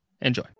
Enjoy